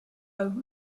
and